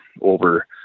over